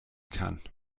kann